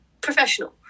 professional